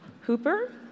Hooper